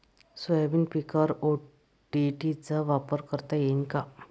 Soybean पिकावर ODT चा वापर करता येईन का?